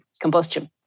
combustion